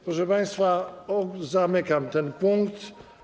Proszę państwa, zamykam ten punkt.